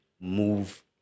move